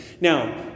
Now